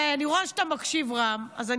אני רואה שאתה מקשיב, רם.